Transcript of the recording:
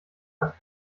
hat